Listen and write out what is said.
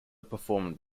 performed